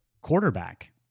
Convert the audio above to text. quarterback